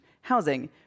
Housing